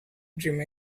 dream